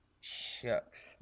shucks